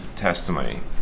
testimony